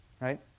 right